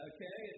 Okay